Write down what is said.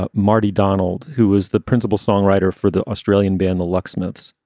ah marty donald, who was the principal songwriter for the australian band the locksmiths.